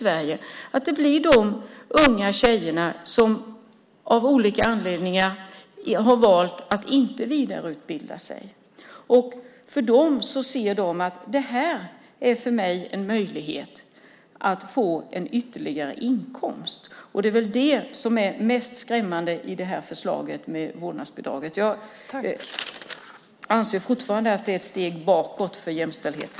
Det handlar om de unga tjejerna som av olika anledningar har valt att inte vidareutbilda sig. De ser det här som en möjlighet att få en ytterligare inkomst. Det är väl det som är mest i skrämmande i förslaget med vårdnadsbidraget. Jag anser fortfarande att det är ett steg bakåt för jämställdheten.